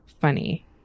funny